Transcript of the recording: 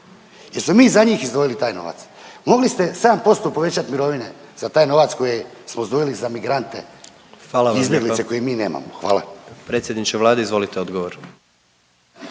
Jesmo mi za njih izdvojili taj novac? Mogli ste sedam posto povećat mirovine za taj novac koji smo izdvojili za migrante, …/Upadica predsjednik: Hvala